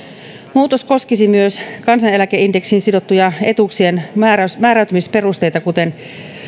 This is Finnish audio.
muutos koskisi myös kansaneläkeindeksiin sidottuja etuuksien määräytymisperusteita sekä